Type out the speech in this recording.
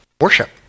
Worship